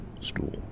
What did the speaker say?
stool